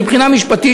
מבחינה משפטית,